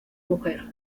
mujer